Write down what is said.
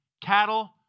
cattle